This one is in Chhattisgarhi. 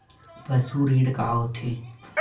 पशु ऋण का होथे?